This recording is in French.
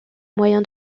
moyen